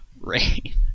rain